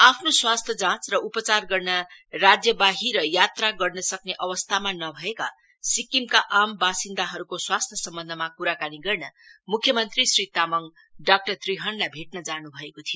आफ्नो स्वास्थ्य जाँच र उपचार गर्न राज्यबाहिर यात्रा गर्न सक्ने अवस्थामा नभएका सिक्किमका आम वासिन्दाहरूको स्वास्थ्य सम्बन्धमा क्राकानी गर्न मुख्य मन्त्री श्री तामाङ डाक्टर त्रिहनलाई भेट्न जान् भएको थियो